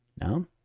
no